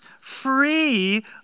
free